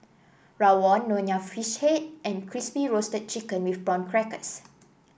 rawon Nonya Fish Head and Crispy Roasted Chicken with Prawn Crackers